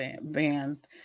band